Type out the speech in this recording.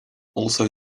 also